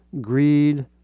greed